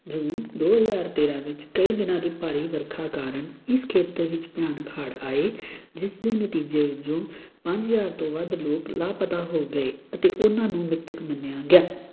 ਜੂਨ ਦੋ ਹਜ਼ਾਰ ਤੇਰ੍ਹਾਂ ਵਿੱਚ ਕਈ ਦਿਨਾਂ ਦੀ ਭਾਰੀ ਵਰਖਾ ਕਾਰਣ ਇਸ ਖੇਤਰ ਵਿੱਚ ਭਿਆਨਕ ਹੜ੍ਹ ਆਏ ਜਿਸ ਦੇ ਨਤੀਜੇ ਵਜੋਂ ਪੰਜ ਹਜ਼ਾਰ ਤੋਂ ਵੱਧ ਲੋਕ ਲਾਪਤਾ ਹੋ ਗਏ ਅਤੇ ਉਹਨਾਂ ਨੂੰ ਮ੍ਰਿਤਕ ਮੰਨਿਆ ਗਿਆ